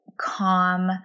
calm